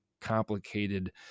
complicated